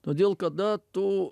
todėl kada tu